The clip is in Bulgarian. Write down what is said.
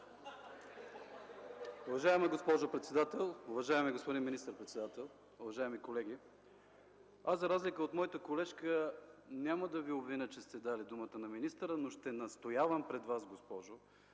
Уважаема госпожо председател, уважаеми господин министър-председател, уважаеми колеги! За разлика от моята колежка аз няма да Ви обвиня, че сте дали думата на министъра, но ще настоявам пред Вас, госпожо